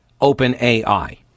OpenAI